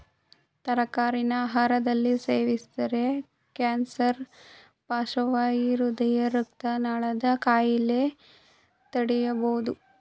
ತರಕಾರಿನ ಆಹಾರದಲ್ಲಿ ಸೇವಿಸಿದರೆ ಕ್ಯಾನ್ಸರ್ ಪಾರ್ಶ್ವವಾಯು ಹೃದಯ ರಕ್ತನಾಳದ ಕಾಯಿಲೆ ತಡಿಬೋದು